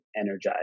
energized